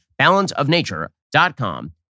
balanceofnature.com